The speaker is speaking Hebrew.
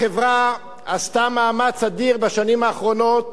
החברה עשתה מאמץ אדיר בשנים האחרונות